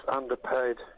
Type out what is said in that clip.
underpaid